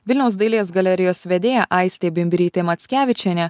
vilniaus dailės galerijos vedėja aistė bimbirytė mackevičienė